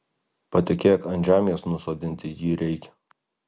patikėk ant žemės nusodinti jį reikia